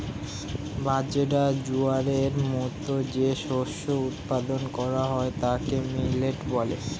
বাজরা, জোয়ারের মতো যে শস্য উৎপাদন করা হয় তাকে মিলেট বলে